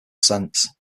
sense